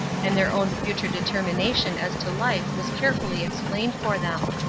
and their own future determination as to life was carefully explained for them.